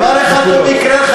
דבר אחד טוב יקרה לך,